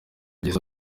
byiza